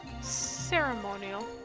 Ceremonial